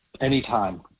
Anytime